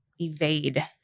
evade